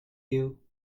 you